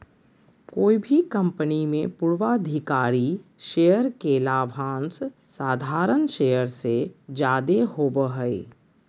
कोय भी कंपनी मे पूर्वाधिकारी शेयर के लाभांश साधारण शेयर से जादे होवो हय